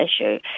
issue